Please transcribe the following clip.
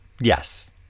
Yes